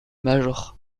major